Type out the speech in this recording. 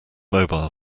mobile